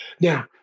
Now